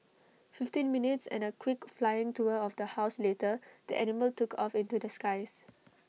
fifteen minutes and A quick flying tour of the house later the animal took off into the skies